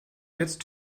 jetzt